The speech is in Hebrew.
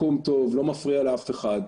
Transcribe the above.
מקום טוב, לא מפריע לאף אחד.